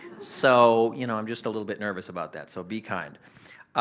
so you know i'm just a little bit nervous about that, so be kind.